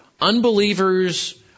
unbelievers